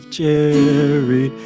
cherry